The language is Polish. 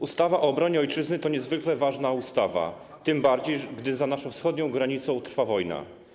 Ustawa o obronie Ojczyzny to niezwykle ważna ustawa, tym bardziej gdy za naszą wschodnią granicą trwa wojna.